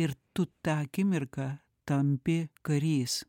ir tu tą akimirką tampi karys